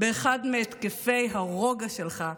באחד מהתקפי הרוגע שלך,